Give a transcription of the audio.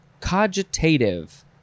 cogitative